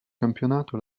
campionato